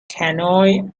canoe